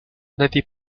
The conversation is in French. n’avez